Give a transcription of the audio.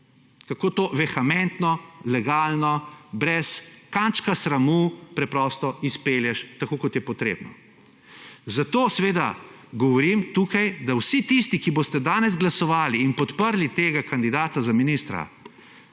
Kako to vehementno, legalno, brez kančka sramu preprosto izpelješ, tako kot je potrebno. Zato seveda govorim tukaj, da vsi tisti, ki boste danes glasovali in podprli tega kandidata za ministra,